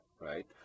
right